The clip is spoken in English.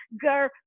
girl